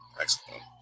Excellent